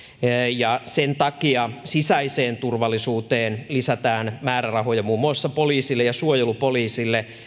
ja sen takia sisäiseen turvallisuuteen lisätään määrärahoja muun muassa poliisille ja suojelupoliisille